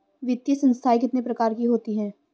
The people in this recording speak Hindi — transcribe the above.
वित्तीय संस्थाएं कितने प्रकार की होती हैं?